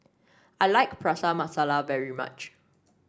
I like Prata Masala very much